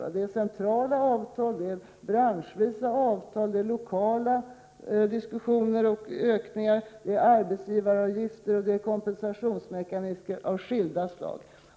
Det är centrala avtal, branschvisa avtal, lokala diskussioner om löneökningar, det gäller arbetsgivaravgifter och kompensationsmekanismer av skilda slag.